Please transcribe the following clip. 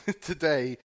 Today